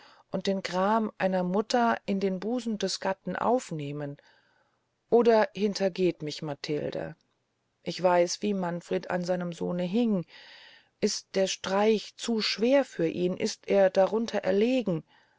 und den gram einer mutter in den busen des gatten aufnehmen oder hintergeht mich matilde ich weiß wie manfred an seinem sohne hieng ist der streich zu schwer für ihn ist er darunter erlegen